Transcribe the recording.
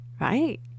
right